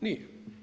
Nije.